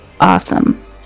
Awesome